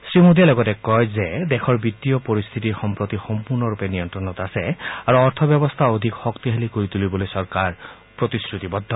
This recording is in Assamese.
শ্ৰীমোডীয়ে লগতে কয় দেশৰ বিত্তীয় পৰিস্থিতি সম্প্ৰতি সম্পূৰ্ণৰূপে নিয়ন্ত্ৰণত আছে আৰু অৰ্থব্যৱস্থা অধিক শক্তিশালী কৰি তুলিবলৈ চৰকাৰ প্ৰতিশ্ৰতিবদ্ধ